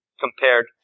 compared